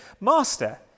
master